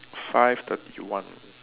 five thirty one